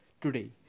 today